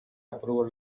approval